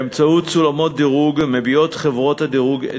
באמצעות סולמות דירוג מביעות חברות הדירוג את